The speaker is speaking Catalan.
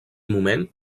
moment